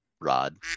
rod